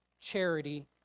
charity